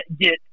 get